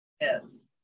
Yes